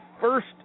first